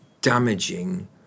damaging